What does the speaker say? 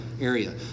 area